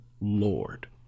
Lord